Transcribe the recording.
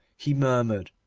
he murmured.